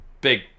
big